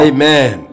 Amen